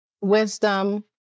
Wisdom